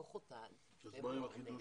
מה עם החידוש?